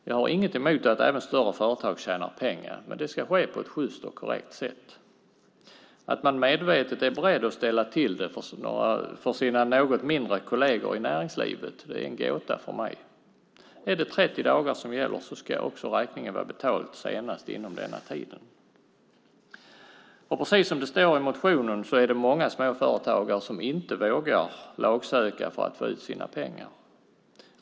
Jag har inget emot att även större företag tjänar pengar, men det ska ske på ett sjyst och korrekt sätt. Att man medvetet är beredd att ställa till det för sina något mindre kolleger i näringslivet är en gåta för mig. Är det 30 dagar som gäller ska också räkningen vara betald senast inom denna tid. Precis som det står i motionen är det många små företagare som inte vågar lagsöka för att få ut sina pengar.